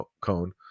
cone